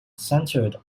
centered